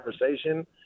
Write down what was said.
conversation